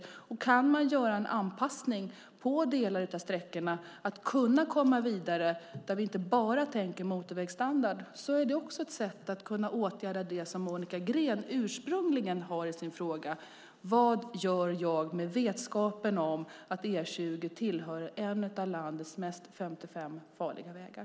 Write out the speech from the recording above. Om vi för att komma vidare kan göra en anpassning på delar av sträckorna, där vi inte bara tänker i termer av motorvägsstandard, är också det ett sätt att åtgärda det som Monica Green har i sin ursprungliga fråga, nämligen vad jag gör med vetskapen att E20 är en av landets 55 farligaste vägar.